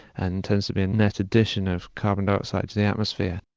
and tends to be a net addition of carbon dioxide to the atmosphere.